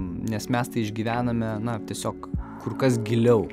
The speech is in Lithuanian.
nes mes tai išgyvename na tiesiog kur kas giliau